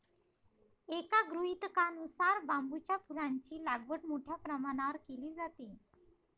एका गृहीतकानुसार बांबूच्या फुलांची लागवड मोठ्या प्रमाणावर केली जाते